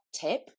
tip